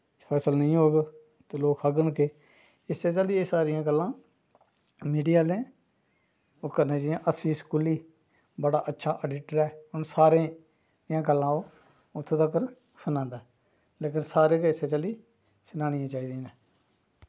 फसल निं होग ते लोग खाङन केह् इस्सै चाल्ली एह् गल्लां मीडिया आह्लें ओह् करनियां जियां आशीष कोहली बड़ा अच्छा अडिटर ऐ हून सारें दियां गल्लां ओह् उत्थें तक्कर सनांदा ऐ लेकिन सारें गै इस्सै चाल्ली सनानियां चाहिदियां न